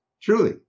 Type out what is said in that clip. Truly